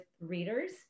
readers